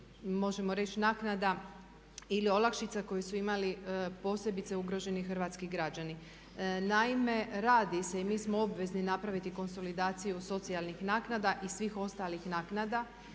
možemo reći naknada ili olakšica koje su imali posebice ugroženi hrvatski građani. Naime radi se i mi smo obvezni napraviti konsolidaciju socijalnih naknada i svih ostalih naknada